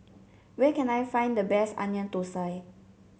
where can I find the best Onion Thosai